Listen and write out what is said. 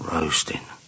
Roasting